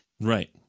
Right